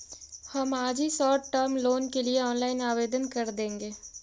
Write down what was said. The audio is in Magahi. हम आज ही शॉर्ट टर्म लोन के लिए ऑनलाइन आवेदन कर देंगे